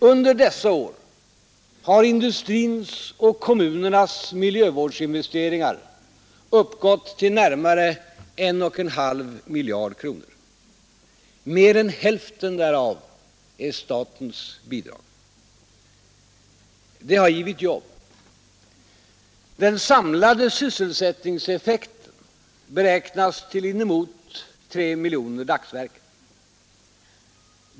Under dessa år har industrins och jövårdsinvesteringar uppgått till närmare en och en halv miljard kronor. Mer än hälften därav är statens bidrag. Det har givit jobb. Den samlade sysselsättningseffekten beräknas till inemot 3 miljoner dagsverken.